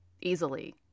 Easily